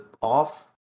off